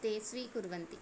ते स्वीकुर्वन्ति